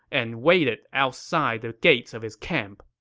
and waited outside the gates of his camp,